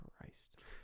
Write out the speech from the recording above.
Christ